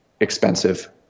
expensive